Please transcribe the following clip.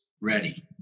ready